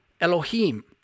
Elohim